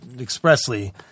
expressly